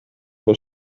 was